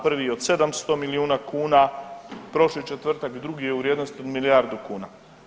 Prvi od 700 milijuna kuna, prošli četvrtak drugi u vrijednosti od milijardu kuna.